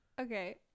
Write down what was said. Okay